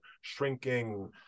shrinking